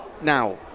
Now